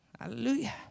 Hallelujah